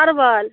परवल